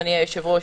אדוני היושב-ראש,